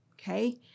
okay